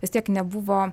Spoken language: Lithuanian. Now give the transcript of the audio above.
vis tiek nebuvo